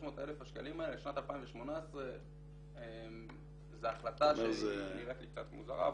לשנת 2018 זה החלטה שהיא נראית לי קצת מוזרה,